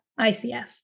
ICF